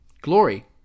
Glory